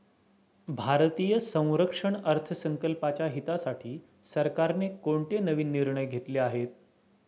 भारतीय संरक्षण अर्थसंकल्पाच्या हितासाठी सरकारने कोणते नवीन निर्णय घेतले आहेत?